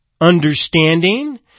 understanding